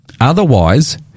Otherwise